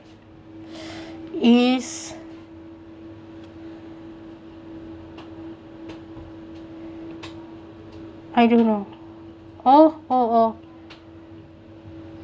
he's I don't know orh orh orh